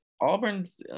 auburn's